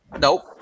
Nope